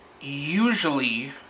usually